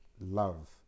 love